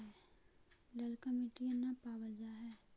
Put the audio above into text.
ललका मिटीया न पाबल जा है?